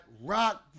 rock